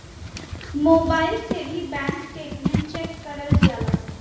mobile से भी bank statement check करल जाला